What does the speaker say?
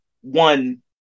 one